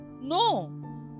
No